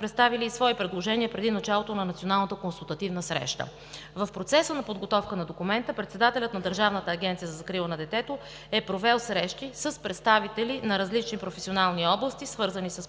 представили и свои предложения преди началото на националната консултативна среща. В процеса на подготовка на документа председателят на Държавната агенция за закрила на детето е провел срещи с представители на различни професионални области, свързани с политиките